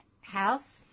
House